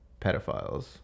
pedophiles